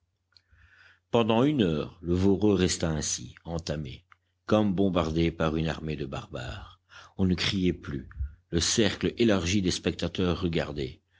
pendant une heure le voreux resta ainsi entamé comme bombardé par une armée de barbares on ne criait plus le cercle élargi des spectateurs regardait